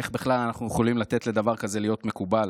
איך בכלל אנחנו יכולים לתת לדבר כזה להיות מקובל?